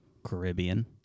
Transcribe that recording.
Caribbean